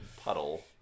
puddle